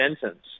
sentence